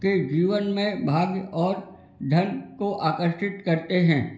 के जीवन में भाग्य और धन को आकर्षित करते हैं